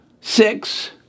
six